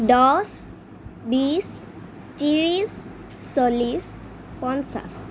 দহ বিছ ত্ৰিছ চল্লিছ পঞ্চাছ